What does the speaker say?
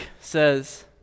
says